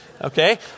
Okay